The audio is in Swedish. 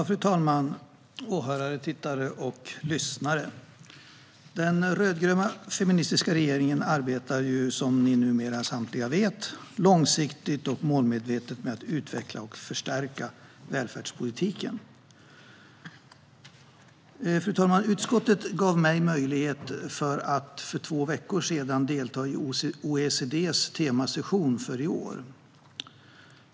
Fru talman, åhörare, tittare och lyssnare! Den rödgröna feministiska regeringen arbetar, som ni numera samtliga vet, långsiktigt och målmedvetet med att utveckla och förstärka välfärdspolitiken. Fru talman! Utskottet gav mig möjlighet att för två veckor sedan delta i OECD:s temasession för i år.